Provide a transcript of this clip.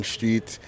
Street